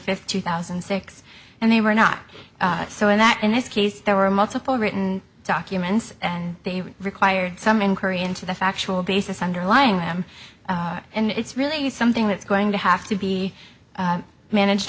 fifth two thousand and six and they were not so in that in this case there were multiple written documents and they required some incur into the factual basis underlying them and it's really something that's going to have to be managed